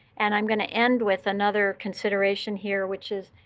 and i'm going to end with another consideration here, which is,